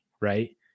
Right